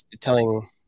telling